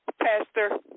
Pastor